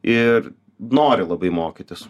ir nori labai mokytis